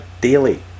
daily